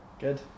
good